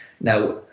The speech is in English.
Now